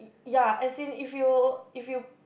ya as in if you if you